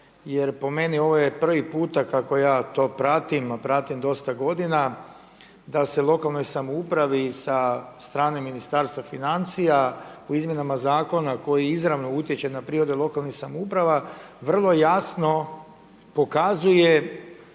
Jer po meni ovo je prvi puta kako ja to pratim, a pratim dosta godina, da se lokalnoj samoupravi sa strane Ministarstva financija u izmjenama zakona koji izravno utječe na prihode lokalnih samouprava vrlo jasno pokazuje